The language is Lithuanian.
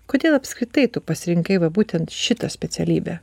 kodėl apskritai tu pasirinkai va būtent šitą specialybę